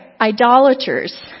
idolaters